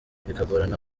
bikagorana